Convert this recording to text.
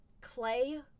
clay